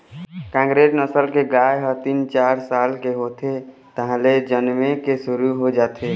कांकरेज नसल के गाय ह तीन, चार साल के होथे तहाँले जनमे के शुरू हो जाथे